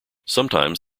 sometimes